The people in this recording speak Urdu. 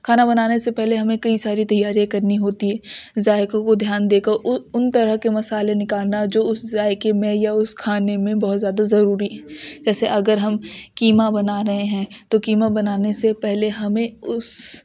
کھانا بنانے سے پہلے ہمیں کئی ساری تیاریاں کرنی ہوتی ہے ذائقوں کو دھیان دے کر ان طرح کے مصالحے نکالنا جو اس ذائقے میں یا اس کھانے میں بہت زیادہ ضروری ہے جیسے اگر ہم قیمہ بنا رہے ہیں تو قیمہ بنانے سے پہلے ہمیں اس